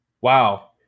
Wow